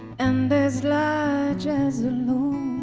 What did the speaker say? and as large as alone